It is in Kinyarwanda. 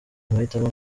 amahitamo